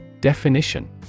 Definition